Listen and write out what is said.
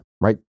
right